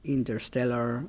Interstellar